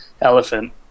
elephant